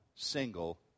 single